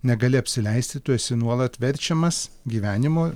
negali apsileisti tu esi nuolat verčiamas gyvenimo